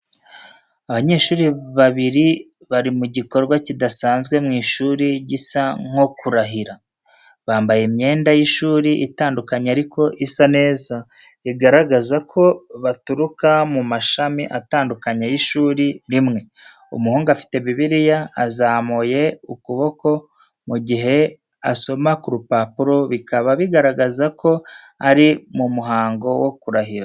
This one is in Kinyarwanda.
Abanyeshuri babiri bari mu gikorwa kidasanzwe mu ishuri, gisa nko kurahira. Bambaye imyenda y’ishuri itandukanye ariko isa neza, bigaragaza ko baturuka mu mashami atandukanye y’ishuri rimwe. Umuhungu afite Bibiliya, azamuye ukuboko, mu gihe asoma ku rupapuro, bikaba bigaragaza ko ari mu muhango wo kurahira.